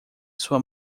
sua